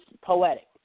poetic